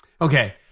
Okay